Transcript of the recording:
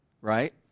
right